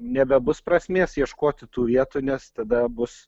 nebebus prasmės ieškoti tų vietų nes tada bus